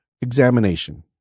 Examination